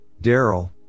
Daryl